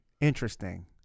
interesting